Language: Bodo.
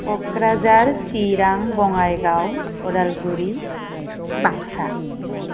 कक्राझार चिरां बङाइगाव उदालगुरि बागसा